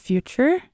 Future